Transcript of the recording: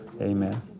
Amen